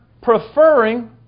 preferring